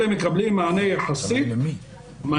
אלה מקבלים מענה יחסית מהיר.